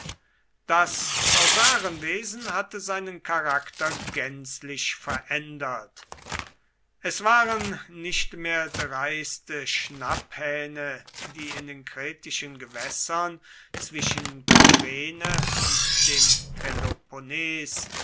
das korsarenwesen hatte seinen charakter gänzlich verändert es waren nicht mehr dreiste schnapphähne die in den kretischen gewässern zwischen kyrene und dem peloponnes